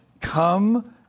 Come